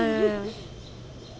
ya ya ya